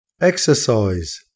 Exercise